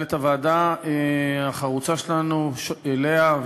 למנהלת הוועדה החרוצה שלנו לאה,